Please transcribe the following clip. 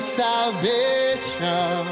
salvation